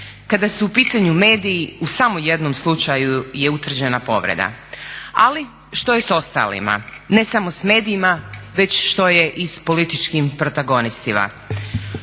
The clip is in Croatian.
Kada su u pitanju mediji u samo jednom slučaju je utvrđena povreda. Ali što je sa ostalima? Ne samo sa medijima, već što je i s političkim protagonistima.